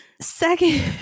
second